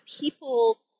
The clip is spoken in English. people